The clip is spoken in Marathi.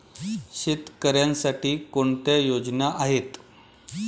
शेतकऱ्यांसाठी कोणत्या योजना आहेत?